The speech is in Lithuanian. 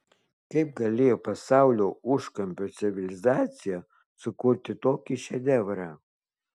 kaip galėjo pasaulio užkampio civilizacija sukurti tokį šedevrą